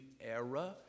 era